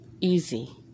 easy